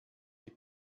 die